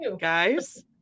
Guys